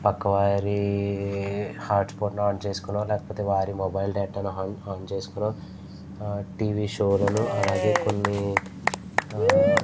పక్కవారి hotspot on చేసుకొనో లేకపోతే వారి మొబైల్ డేటాను ఆన్ ఆన్ చేసుకొనో టీవీ షోలను అలాగే కొన్ని